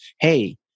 hey